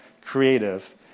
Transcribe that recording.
creative